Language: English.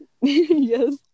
yes